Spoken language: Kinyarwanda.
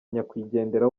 nyakwigendera